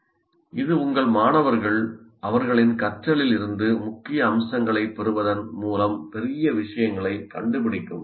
இது உங்கள் மாணவர்கள் அவர்களின் கற்றலில் இருந்து முக்கிய அம்சங்களை பெறுவதன் மூலம் பெரிய விஷயங்களை கண்டுபிடிக்கும் செயல்முறை